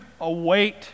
await